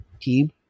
team